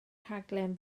rhaglen